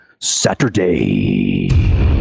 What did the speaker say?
Saturday